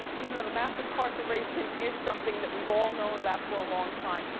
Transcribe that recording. you know the mass incarceration is something that we've all known about for a long time.